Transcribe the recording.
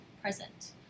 present